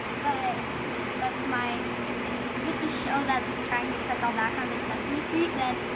but that's my opinion. if it's a show that's trying to accept all backgrounds like sesame street, then